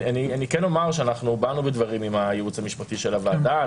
אני כן לומר שאנחנו באנו בדברים עם הייעוץ המשפטי של הוועדה.